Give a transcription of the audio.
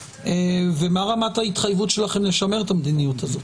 ומה רמת ההתחייבות שלכם לשמר את המדיניות הזאת?